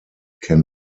can